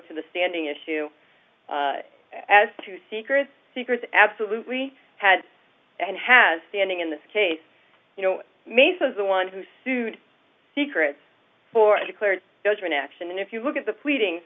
to the standing issue as to secrets secrets absolutely had and has standing in this case you know mesa's the one who sued secret for a declared judgment action if you look at the pleading